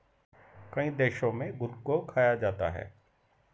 कई देशों में घुन को खाया जाता है